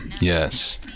yes